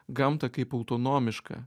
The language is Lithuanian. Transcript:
gamtą kaip autonomišką